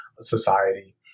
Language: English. society